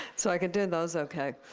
so i could do those ok.